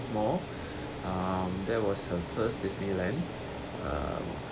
is small um that was her first disneyland uh